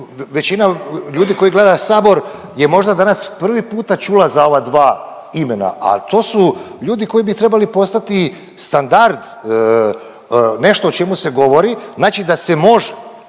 većina ljudi koji gleda Sabor je možda danas prvi puta čula za ova dva imena, ali to su ljudi koji bi trebali postati standard, nešto o čemu se govori, znači da se može,